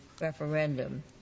referendum